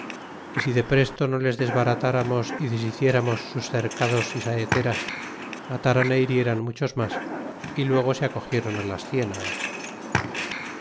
y si de presto no les desbarataramos y deshicieramos sus cercados y saeteras mataran hirieron muchos mas y luego se acogiéron las cienagas